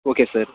okay sir